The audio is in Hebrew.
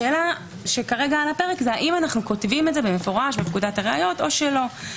השאלה על הפרק האם אנו כותבים את זה במפורש בפקודת הראיות או לא.